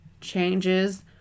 changes